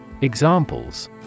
Examples